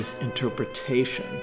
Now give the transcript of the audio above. interpretation